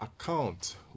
account